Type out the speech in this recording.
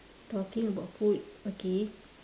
talking about food okay